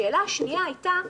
השאלה השנייה הייתה: